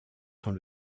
dans